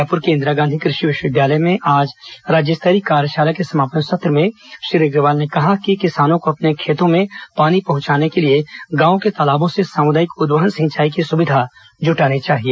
रायपुर के इंदिरा गांधी कृषि विश्वविद्यालय में राज्य स्तरीय कार्यशाला के समापन सत्र में श्री अग्रवाल ने कहा कि किसानों को अपने खेतों में पानी पहचाने के लिए गांव के तालाबों से सामुदायिक उद्वहन सिंचाई की सुविधा जुटानी चाहिए